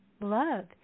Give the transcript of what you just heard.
love